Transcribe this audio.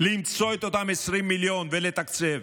למצוא את אותם 20 מיליון ולתקצב,